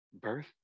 birth